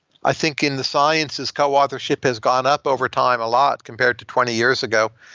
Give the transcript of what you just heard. i think in the sciences, co-authorship has gone up over time a lot compared to twenty years ago,